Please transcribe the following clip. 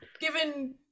given